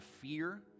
fear